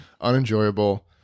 unenjoyable